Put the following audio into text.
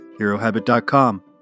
HeroHabit.com